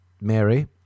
Mary